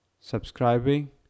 subscribing